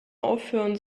aufhören